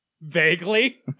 vaguely